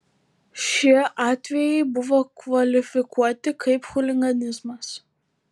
šie atvejai buvo kvalifikuoti kaip chuliganizmas